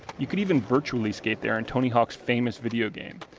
you can even virtually skate there in tony hawk's famous video game.